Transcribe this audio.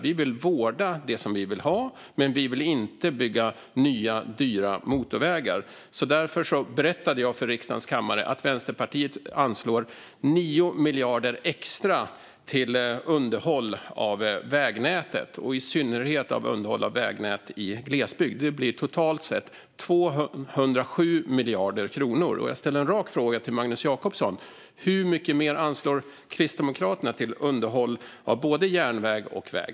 Vi vill vårda det som vi vill ha, men vi vill inte bygga nya och dyra motorvägar. Därför berättade jag för riksdagens kammare att Vänsterpartiet anslår 9 miljarder extra till underhåll av vägnätet och i synnerhet till underhåll av vägnät i glesbygd. Det blir totalt sett 207 miljarder kronor. Jag ställer en rak fråga till Magnus Jacobsson: Hur mycket mer anslår Kristdemokraterna till underhåll av både järnväg och väg?